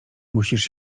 musisz